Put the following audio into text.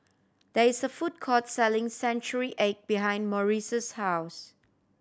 there is a food court selling century egg behind Maurice's house